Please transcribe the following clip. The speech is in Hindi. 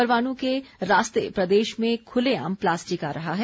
परवाणु के रास्ते प्रदेश में खुलेआम प्लास्टिक आ रहा है